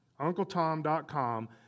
UncleTom.com